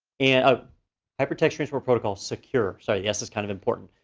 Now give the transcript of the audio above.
and ah hyper text transfer protocol secure, so i guess it's kind of important.